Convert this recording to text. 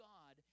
God